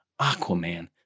Aquaman